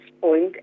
point